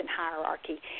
hierarchy